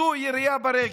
זאת ירייה ברגל.